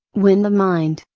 when the mind,